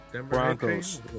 Broncos